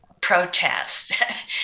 protest